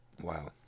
Wow